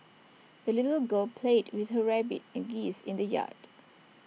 the little girl played with her rabbit and geese in the yard